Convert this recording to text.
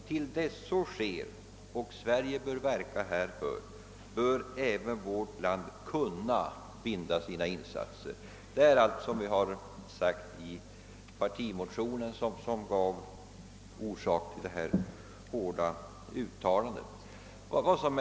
Till dess så sker — och Sverige bör verka härför — bör även vårt land kunna binda sina insatser.» Detta står alltså i den partimotion som gav fru Lewén-Eliasson anledning till att göra så hårda uttalanden.